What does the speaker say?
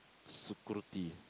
security